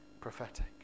prophetic